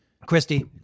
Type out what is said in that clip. Christy